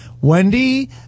Wendy